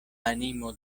animo